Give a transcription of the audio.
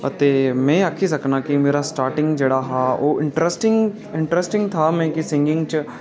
अतें में अक्खी सकना आं मेरा जेह्ड़ा स्टार्टिंग जेह्ड़ा हा इंट्रेस्टिंग था मिगी सिंगगिंग च